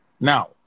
Now